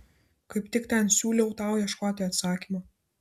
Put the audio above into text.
kaip tik ten siūlau tau ieškoti atsakymo